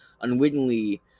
unwittingly